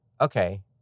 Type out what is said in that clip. okay